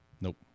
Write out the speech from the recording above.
Nope